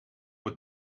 het